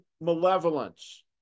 malevolence